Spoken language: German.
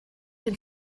den